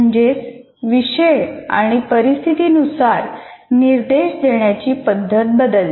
म्हणजे विषय आणि परिस्थितीनुसार निर्देश देण्याची पद्धत बदलते